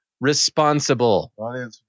responsible